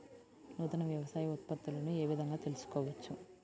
నూతన వ్యవసాయ ఉత్పత్తులను ఏ విధంగా తెలుసుకోవచ్చు?